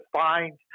find